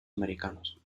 americanos